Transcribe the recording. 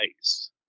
ice